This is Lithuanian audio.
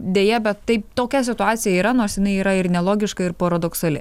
deja bet taip tokia situacija yra nors jinai yra ir nelogiška ir paradoksali